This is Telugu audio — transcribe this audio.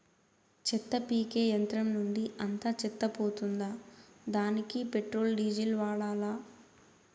చెత్త పీకే యంత్రం నుండి అంతా చెత్త పోతుందా? దానికీ పెట్రోల్, డీజిల్ వాడాలా?